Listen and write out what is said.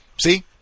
see